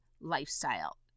lifestyle